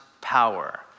power